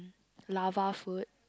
lava food